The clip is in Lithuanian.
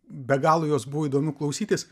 be galo jos buvo įdomu klausytis